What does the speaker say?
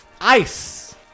ice